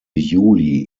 juli